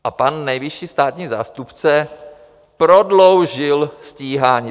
A pan nejvyšší státní zástupce prodloužil stíhání.